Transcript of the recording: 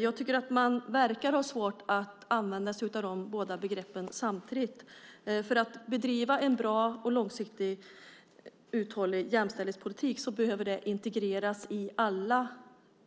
Jag tycker att man verkar ha svårt att använda sig av de båda begreppen samtidigt. För att bedriva en bra och långsiktigt uthållig jämställdhetspolitik behöver man integrera det på alla